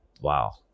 wow